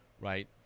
right